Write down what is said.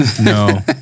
No